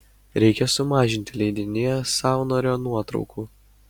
reikia sumažinti leidinyje saunorio nuotraukų